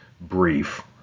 brief